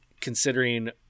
considering